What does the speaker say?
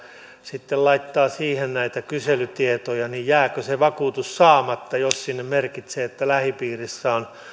sitten laittaa siihen näitä kyselytietoja niin jääkö se vakuutus saamatta jos sinne merkitsee että lähipiirissä on